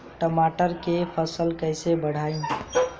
टमाटर के फ़सल कैसे बढ़ाई?